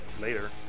Later